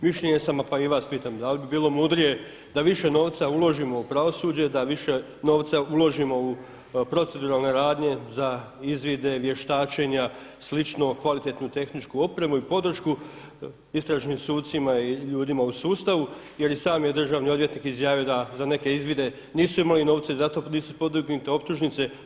Mišljenja sam pa i vas pitam da li bi bilo mudrije da više novca uložimo u pravosuđe da više novca uložimo u proceduralne radnje za izvide, vještačenja slično, kvalitetnu tehničku opremu i podršku istražnim sucima i ljudima u sustavu jer je i sam državni odvjetnik izjavio da za neke izvide nisu imali novca i zato nisu podignute optužnice.